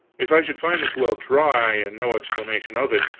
if i should find this well dry and no explanation of it,